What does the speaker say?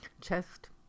chest